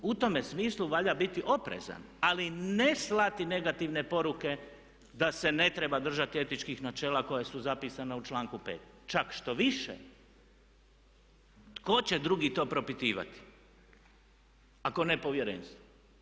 U tome smislu valja biti oprezan, ali ne slati negativne poruke da se ne treba držati etičkih načela koja su zapisana u članku 5. Čak štoviše, tko će drugi to propitivati ako ne Povjerenstvo?